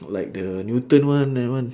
not like the newton one that one